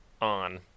on